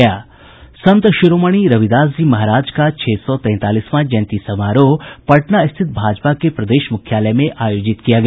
संत शिरोमणि रविदास जी महाराज का छह सौ तैंतालीसवां जयंती समारोह पटना स्थित भाजपा के प्रदेश मुख्यालय में आयोजित किया गया